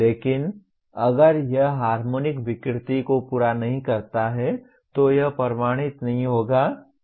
लेकिन अगर यह हार्मोनिक विकृति को पूरा नहीं करता है तो यह प्रमाणित नहीं होगा